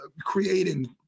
creating